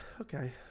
Okay